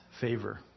favor